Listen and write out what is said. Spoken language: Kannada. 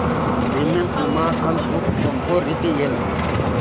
ಪ್ರೇಮಿಯಂ ವಿಮಾ ಕಂತು ತುಂಬೋ ರೇತಿ ಏನು?